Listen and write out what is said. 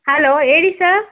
hello ಹೇಳಿ sir